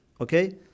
Okay